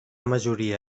majoria